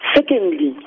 Secondly